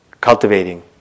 cultivating